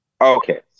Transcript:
Okay